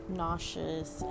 nauseous